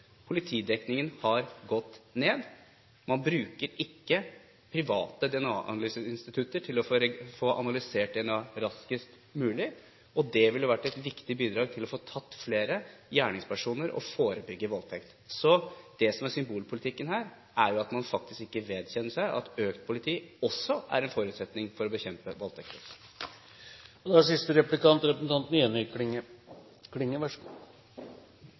Politidekningen har gått ned. Man bruker ikke private analyseinstitutter for å få analysert DNA raskest mulig, noe som ville ha vært et viktig bidrag til å få tatt flere gjerningspersoner og forebygge voldtekt. Så det som er symbolpolitikken her, er jo at man faktisk ikke vedkjenner seg at mer politi også er en forutsetning for å bekjempe voldtekt. Eg skal love at eg ikkje skal kome i skade for å seie at Høgre sin politikk er god.